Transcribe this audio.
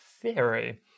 theory